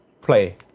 play